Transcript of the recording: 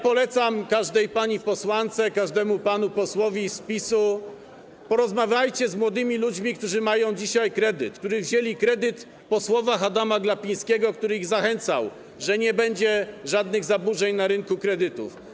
Polecam każdej pani posłance i każdemu panu posłowi z PiS-u: porozmawiajcie z młodymi ludźmi, którzy mają dzisiaj kredyt, którzy wzięli kredyt po słowach Adama Glapińskiego, który ich zachęcał, mówiąc, że nie będzie żadnych zaburzeń na rynku kredytów.